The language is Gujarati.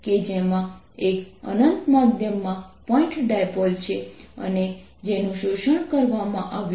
તેથી અસાઇનમેન્ટમાં એક પરિબળ છે જે 2 ત્યાં ન હતો